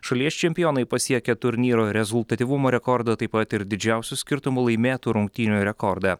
šalies čempionai pasiekė turnyro rezultatyvumo rekordą taip pat ir didžiausiu skirtumu laimėtų rungtynių rekordą